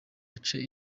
ace